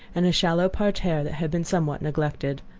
and a shallow parterre that had been somewhat neglected.